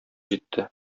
җитте